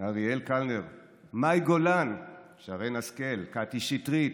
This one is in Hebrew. אריאל קלנר, מאי גולן, שרן השכל, קטי שטרית,